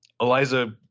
Eliza